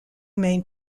main